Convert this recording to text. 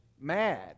mad